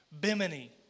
Bimini